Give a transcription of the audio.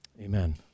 Amen